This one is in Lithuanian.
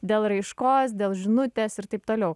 dėl raiškos dėl žinutės ir taip toliau